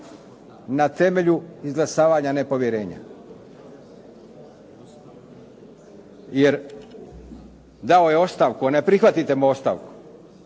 na temelju izglasavanja nepovjerenja. Jer dao je ostavku, a ne prihvatite mu ostavku,